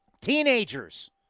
Teenagers